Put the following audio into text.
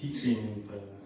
teaching